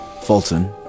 Fulton